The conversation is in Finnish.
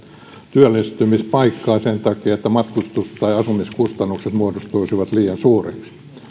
työllistymispaikkaa sen takia että matkustus tai asumiskustannukset muodostuisivat liian suuriksi